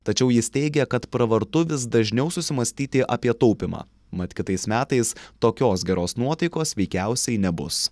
tačiau jis teigia kad pravartu vis dažniau susimąstyti apie taupymą mat kitais metais tokios geros nuotaikos veikiausiai nebus